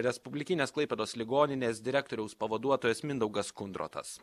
respublikinės klaipėdos ligoninės direktoriaus pavaduotojas mindaugas kundrotas